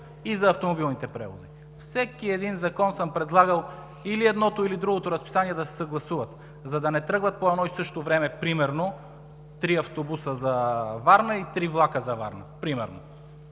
и за автомобилните превози. Във всеки един закон съм предлагал или едното, или другото разписание да се съгласува, за да не тръгват по едно и също време примерно три автобуса за Варна и три влака за Варна. И не